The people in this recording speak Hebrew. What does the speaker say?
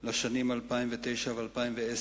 לשנים 2009 ו-2010,